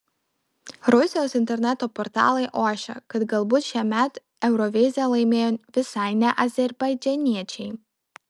rusijos interneto portalai ošia kad galbūt šiemet euroviziją laimėjo visai ne azerbaidžaniečiai